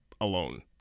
alone